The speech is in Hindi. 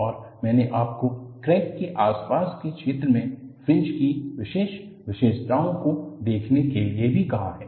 और मैंने आपको क्रैक के आसपास के क्षेत्र में फ्रिंज की विशेष विशेषताओं को देखने के लिए भी कहा है